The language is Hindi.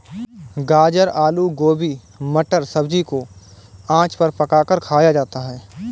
गाजर आलू गोभी मटर सब्जी को आँच पर पकाकर खाया जाता है